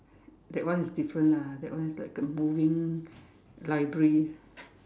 that one is different ah that one is like a moving library